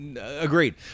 Agreed